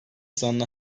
zanlı